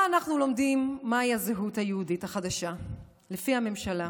ככה אנחנו לומדים מהי הזהות היהודית החדשה לפי הממשלה,